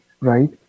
right